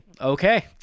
okay